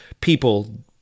people